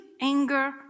anger